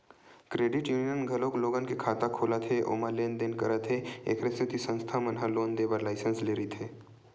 credit union घलोक लोगन के खाता खोलत हे ओमा लेन देन करत हे एखरे सेती संस्था मन ह लोन देय बर लाइसेंस लेय रहिथे